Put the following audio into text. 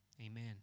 Amen